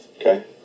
Okay